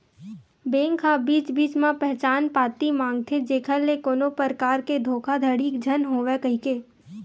bank ह बीच बीच म पहचान पती मांगथे जेखर ले कोनो परकार के धोखाघड़ी झन होवय कहिके